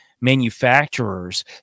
manufacturers